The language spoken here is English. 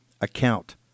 account